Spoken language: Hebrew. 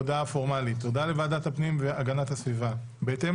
הודעה לוועדת הפנים והגנת הסביבה בהתאם